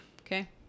Okay